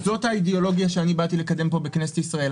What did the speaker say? זאת האידיאולוגיה שאני באתי לקדם פה בכנסת ישראל.